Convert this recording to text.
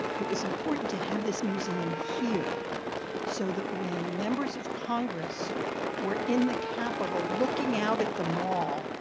it was important to have this museum here so that when members of congress were in the capitol looking out at the mall,